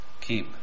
keep